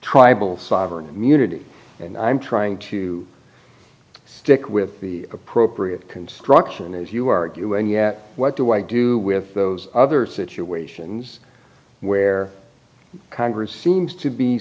tribal sovereign immunity and i'm trying to stick with the appropriate construction if you argue and yet what do i do with those other situations where congress seems to be